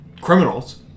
criminals